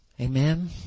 amen